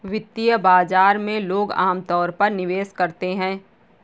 वित्तीय बाजार में लोग अमतौर पर निवेश करते हैं